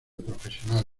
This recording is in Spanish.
profesionales